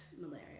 malaria